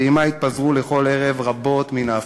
ועמה התפזרו לכל עבר רבות מן ההבטחות.